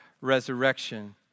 resurrection